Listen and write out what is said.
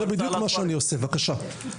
זה בדיוק מה שאני עושה, בבקשה.